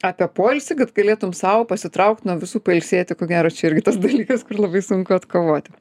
apie poilsį kad galėtum sau pasitraukti nuo visų pailsėti ko gero čia irgi tas dalykas kur labai sunku atkovoti